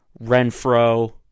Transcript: Renfro